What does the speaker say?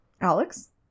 Alex